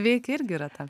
veikia irgi yra ta